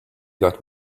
that